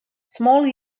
small